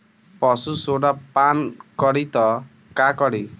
पशु सोडा पान करी त का करी?